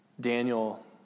Daniel